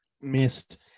missed